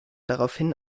daraufhin